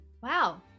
Wow